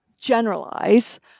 generalize